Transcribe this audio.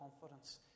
confidence